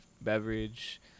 beverage